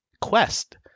quest